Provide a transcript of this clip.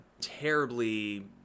terribly